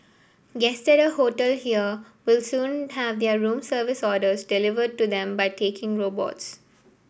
guests at a hotel here will soon have their room service orders delivered to them by talking robots